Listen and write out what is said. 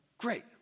great